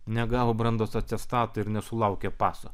negavo brandos atestato ir nesulaukė paso